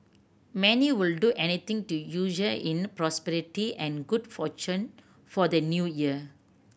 many would do anything to in prosperity and good fortune for the New Year